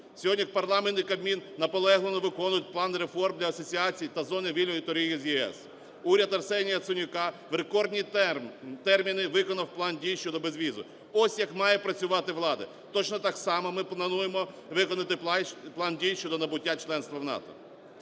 Сьогодні парламент і Кабмін наполегливо виконують план реформ для асоціації та зони вільної торгівлі з ЄС. Уряд Арсенія Яценюка в рекордні терміни виконав план дій щодобезвізу – ось як має працювати влада. Точно так само ми плануємо виконати план дій щодо набуття членства в НАТО.